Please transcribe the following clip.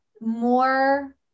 more